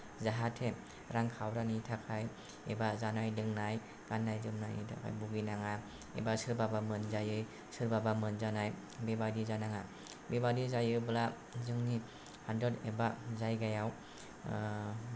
जाहाथे रांखावरिनि थाखाय एबा जानाय लोंनाय गान्नाय जोमनाय थाखाय भुगिनाङा एबा सोरबाबा मोनजायै सोरबाबा मोनजानाय बेबादि जानाङा बेबादि जायोब्ला जोंनि हादर एबा जायगायाव